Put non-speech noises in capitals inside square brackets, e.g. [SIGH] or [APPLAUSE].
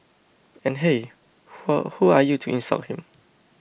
and hey [UNINTELLIGIBLE] who are you to insult him